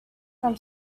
from